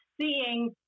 seeing